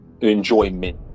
enjoyment